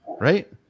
right